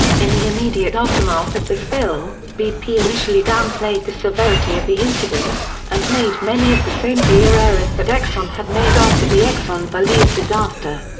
in the immediate aftermath of the spill, bp initially downplayed the severity of the incident, and made many of the same pr errors that exxon had made after the exxon valdez disaster.